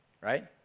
right